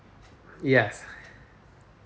yes